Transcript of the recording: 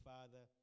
Father